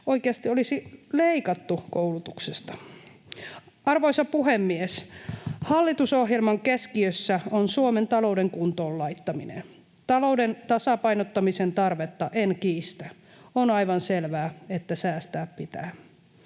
oikeasti olisi leikattu koulutuksesta? Arvoisa puhemies! Hallitusohjelman keskiössä on Suomen talouden kuntoon laittaminen. Talouden tasapainottamisen tarvetta en kiistä. On aivan selvää, että säästää pitää,